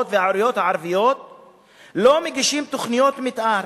והעיריות הערביות לא מגישות תוכניות מיתאר.